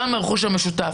גם לא מהרכוש המשותף.